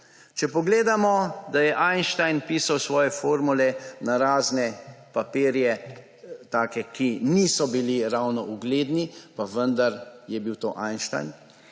Če pogledamo, da je Einstein pisal svoje formule na razne papirje, ki niso bili ravno ugledni, pa vendar je bil to Einstein.